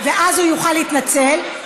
ואז הוא יוכל להתנצל,